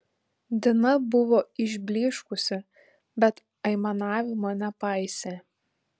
dina buvo išblyškusi bet aimanavimo nepaisė